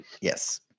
yes